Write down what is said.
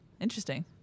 interesting